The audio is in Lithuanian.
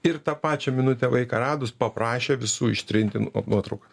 ir tą pačią minutę vaiką radus paprašė visų ištrinti nuotrauką